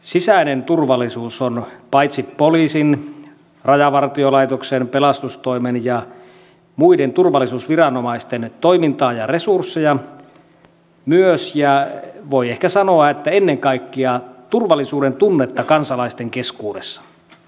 sisäinen turvallisuus on paitsi poliisin rajavartiolaitoksen pelastustoimen ja muiden turvallisuusviranomaisten toimintaa ja resursseja myös ja voi ehkä sanoa että ennen kaikkea turvallisuudentunnetta kansalaisten keskuudessa